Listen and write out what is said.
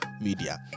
media